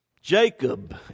Jacob